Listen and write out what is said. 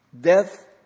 Death